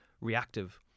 Reactive